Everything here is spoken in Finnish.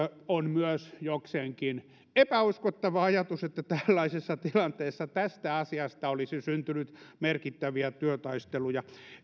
on myös jokseenkin epäuskottava ajatus että tällaisessa tilanteessa tästä asiasta olisi syntynyt merkittäviä työtaisteluja